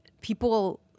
people